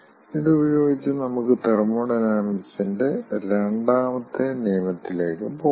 ഇത് ഉപയോഗിച്ച് നമുക്ക് തെർമോഡൈനാമിക്സിന്റെ രണ്ടാമത്തെ നിയമത്തിലേക്ക് പോകാം